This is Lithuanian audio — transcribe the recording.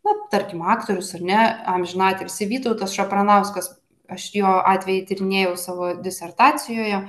va tarkim aktorius ar ne amžinatilsį vytautas šapranauskas aš jo atvejį tyrinėjau savo disertacijoje